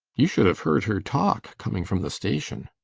you should have heard her talk coming from the station.